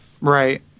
Right